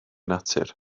natur